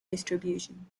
distribution